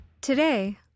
Today